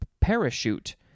parachute